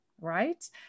right